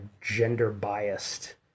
gender-biased